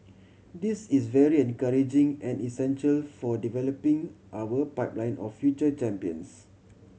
this is very encouraging and essential for developing our pipeline of future champions